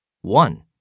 One